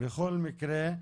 בכל מקרה,